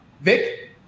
vic